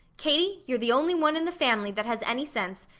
katie, you're the only one in the family that has any sense,